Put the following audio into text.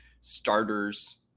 starters